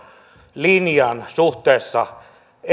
linjan suhteessa